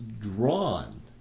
drawn